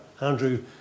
Andrew